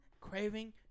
Craving